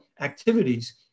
activities